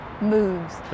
moves